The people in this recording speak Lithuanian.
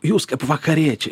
jūs kaip vakariečiai